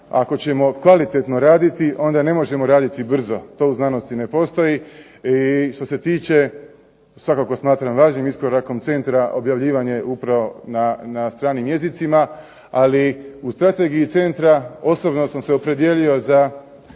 ako ćemo kvalitetno raditi onda ne možemo raditi brzo, to u znanosti ne postoji. I što se tiče svakako smatram važnim iskorakom centra objavljivanje upravo na stranim jezicima, ali u strategiji centra osobno sam se opredijelio za